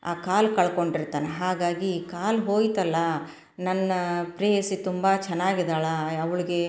ಆ ಕಾಲು ಕಳ್ಕೊಂಡಿರ್ತಾನೆ ಹಾಗಾಗಿ ಕಾಲು ಹೋಯಿತಲ್ಲ ನನ್ನ ಪ್ರೇಯಸಿ ತುಂಬ ಚೆನ್ನಾಗಿ ಇದಾಳೆ ಅವ್ಳಿಗೆ